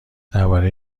درباره